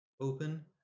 open